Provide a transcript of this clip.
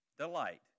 Delight